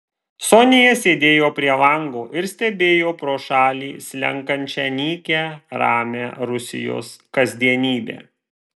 sonia sėdėjo prie lango ir stebėjo pro šalį slenkančią nykią ramią rusijos kasdienybę